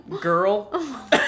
girl